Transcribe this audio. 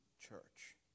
church